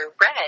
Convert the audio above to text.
red